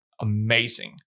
Amazing